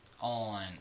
on